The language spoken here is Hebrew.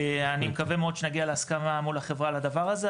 אני מקווה מאוד שנגיע להסכמה מול החברה על הדבר הזה,